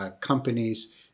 companies